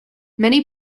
many